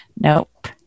nope